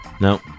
No